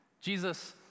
Jesus